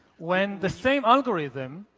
when the same algorithm,